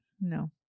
no